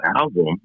album